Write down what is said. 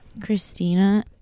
Christina